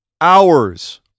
hours